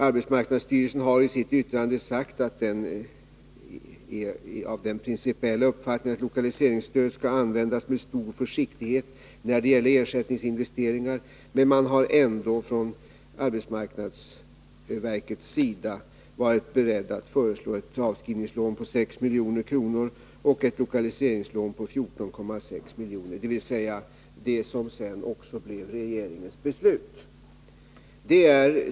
Arbetsmarknadsstyrelsen har i sitt yttrande sagt att den är av den principiella uppfattningen att lokaliseringsstöd skall användas med stor försiktighet när det gäller ersättningsinvesteringar, men har ändå varit beredd att föreslå ett avskrivningslån på 6 milj.kr. och ett lokaliseringslån på 14,6 milj.kr. — dvs. det som sedan också blev regeringens beslut.